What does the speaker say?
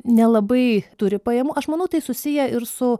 nelabai turi pajamų aš manau tai susiję ir su